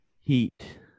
Heat